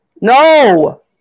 No